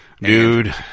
Dude